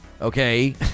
Okay